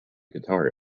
guitar